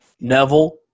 Neville